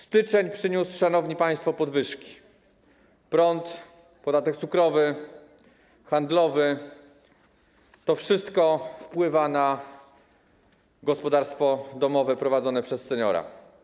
Styczeń przyniósł, szanowni państwo, podwyżki za prąd, podatek cukrowy, podatek handlowy, to wszystko wpływa na gospodarstwo domowe prowadzone przez seniora.